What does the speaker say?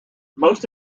most